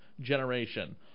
generation